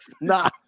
nah